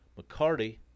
McCarty